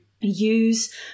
use